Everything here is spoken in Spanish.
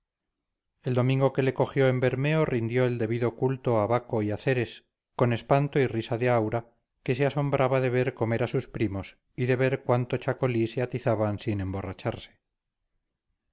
el domingo que le cogió en bermeo rindió el debido culto a baco y a ceres con espanto y risa de aura que se asombraba de ver comer a sus primos y de ver cuánto chacolí se atizaban sin emborracharse